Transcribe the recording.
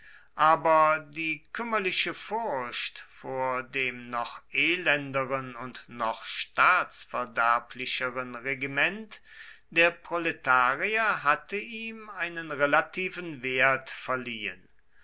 aber die kümmerliche furcht vor dem noch elenderen und noch staatsverderblicheren regiment der proletarier hatte ihm einen relativen wert verliehen